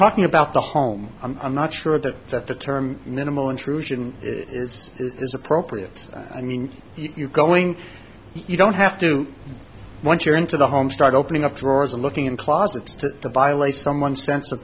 talking about the home i'm not sure that that the term minimal intrusion is is appropriate i mean you going you don't have to once you're into the home start opening up drawers and looking in closets to violate someone's sen